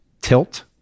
Tilt